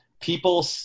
People